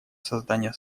создание